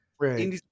right